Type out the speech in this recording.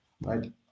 right